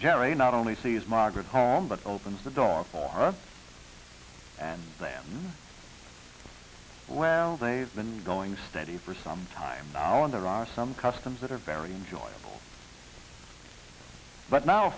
generated not only sees margaret home but opens the door for her and them well they've been going steady for some time now and there are some customs that are very enjoyable but now